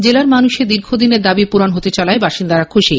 জেলার মানুষের দীর্ঘ চার দশকের দাবী পূরণ হতে চলায় বাসিন্দারা খুশি